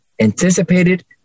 anticipated